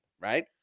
right